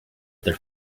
other